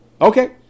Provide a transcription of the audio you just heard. Okay